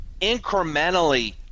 incrementally